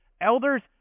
elders